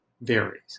varies